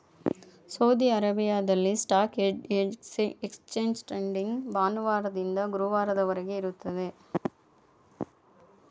Saudi ಅರೇಬಿಯಾದಲ್ಲಿ stock exchange trading ಭಾನುವಾರದಿಂದ ಗುರುವಾರದವರೆಗೆ ಇರುತ್ತದೆ